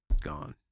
Gone